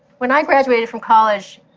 when i graduated from college,